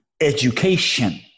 education